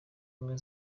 ubumwe